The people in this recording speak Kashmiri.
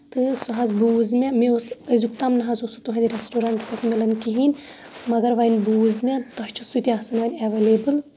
تہٕ سُہ حظ بوٗز مےٚ اوس أزیُک تَام نہ حظ اوسُم تُہنٛدِ ریسٹورنٹ پٮ۪ٹھ مِلان کِہینۍ مَگر وۄنۍ بوٗز مےٚ تۄہہِ چھُو سُہ تہِ آسان وۄنۍ ایٚولیبٕل